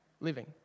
living